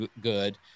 good